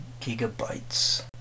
gigabytes